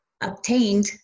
obtained